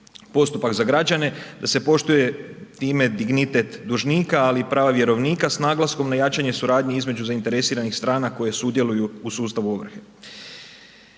postupak za građane, da se poštuje ime, dignitet dužnika, ali i prava vjerovnika s naglaskom na jačanje suradnje između zainteresiranih strana koje sudjeluju u sustavu ovrhe.